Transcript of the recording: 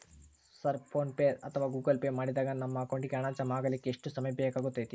Sir PhonePe ಅಥವಾ Google Pay ಮಾಡಿದಾಗ ನಮ್ಮ ಅಕೌಂಟಿಗೆ ಹಣ ಜಮಾ ಆಗಲಿಕ್ಕೆ ಎಷ್ಟು ಸಮಯ ಬೇಕಾಗತೈತಿ?